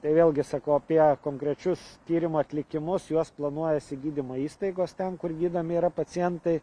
tai vėlgi sakau apie konkrečius tyrimo atlikimus juos planuojasi gydymo įstaigos ten kur gydomi yra pacientai